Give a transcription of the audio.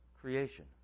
creation